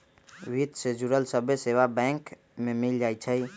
वित्त से जुड़ल सभ्भे सेवा बैंक में मिल जाई छई